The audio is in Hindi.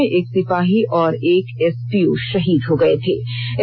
इस घटना में एक सिपाही और एक एसपीओ शहीद हो गए थे